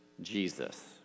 Jesus